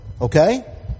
Okay